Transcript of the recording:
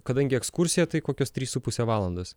kadangi ekskursija tai kokios trys su puse valandos